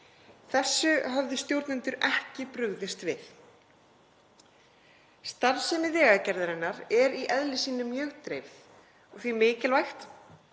Þessu hafði stjórnendur ekki brugðist við. Starfsemi Vegagerðarinnar er í eðli sínu mjög dreifð og því mikilvægt